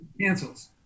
cancels